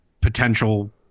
potential